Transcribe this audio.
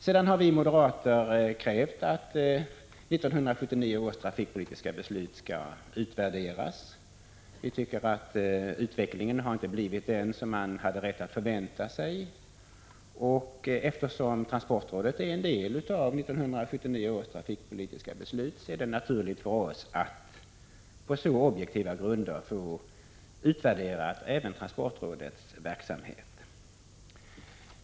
Sedan har vi moderater krävt att 1979 års trafikpolitiska beslut skall utvärderas. Vi tycker att utvecklingen inte har blivit den vi hade rätt att förvänta oss. Då transportrådet är en del av 1979 års trafikpolitiska beslut är det naturligt för oss att på objektiva grunder få även transportrådets verksamhet utvärderad.